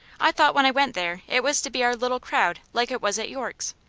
i thought when i went there it was to be our little crowd like it was at york's.